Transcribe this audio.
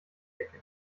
decke